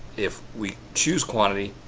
if we choose quantity,